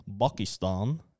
Pakistan